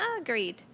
Agreed